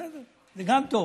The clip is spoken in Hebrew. בסדר, זה גם טוב.